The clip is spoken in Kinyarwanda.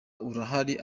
urahari